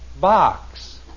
Box